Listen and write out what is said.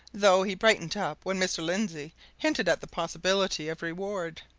though he brightened up when mr. lindsey hinted at the possibility of reward.